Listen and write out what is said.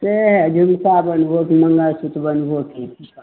से झुमका बनबहो कि मङ्गलसुत्र बनेबहो की